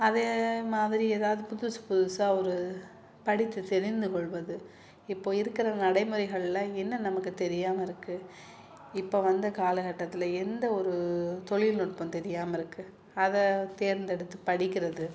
அதே மாதிரி ஏதாவது புதுசு புதுசாக ஒரு படித்து தெரிந்துக்கொள்வது இப்போ இருக்கிற நடைமுறைகள்ல என்ன நமக்கு தெரியாமல் இருக்குது இப்போ வந்த காலகட்டத்தில் எந்த ஒரு தொழில்நுட்பம் தெரியாமல் இருக்குது அதை தேர்ந்தெடுத்து படிக்கிறது